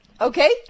Okay